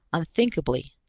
unthinkably,